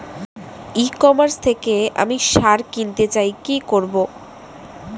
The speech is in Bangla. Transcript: ই কমার্স থেকে আমি সার কিনতে চাই কি করব?